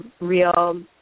real